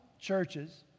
churches